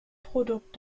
produkt